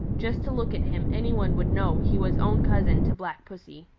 just to look at him any one would know he was own cousin to black pussy.